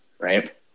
Right